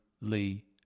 Lee